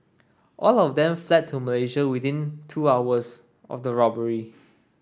all of them fled to Malaysia within two hours of the robbery